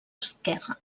esquerre